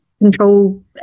control